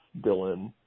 Dylan